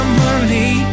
money